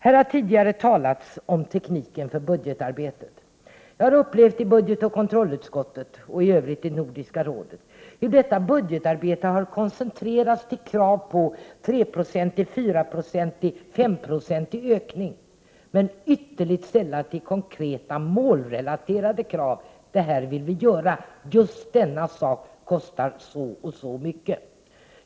Här har tidigare talats om tekniken för budgetarbetet. Jag har upplevt i budgetoch kontrollutskottet och i övrigt i Nordiska rådet, hur detta budgetarbete har koncentrerats till krav på tre-, fyra-, eller femprocentiga ökningar, men ytterligt sällan till konkreta målrelaterade krav. Detta vill vi göra, just denna sak kostar så och så mycket.